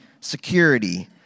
security